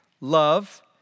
love